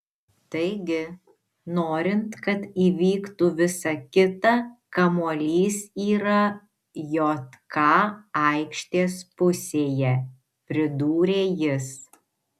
taigi norint kad įvyktų visa kita kamuolys yra jk aikštės pusėje pridūrė jis